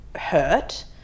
hurt